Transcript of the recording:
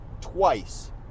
twice